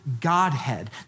Godhead